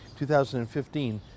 2015